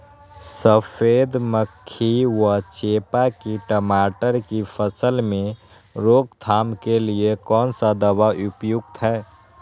सफेद मक्खी व चेपा की टमाटर की फसल में रोकथाम के लिए कौन सा दवा उपयुक्त है?